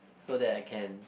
so that I can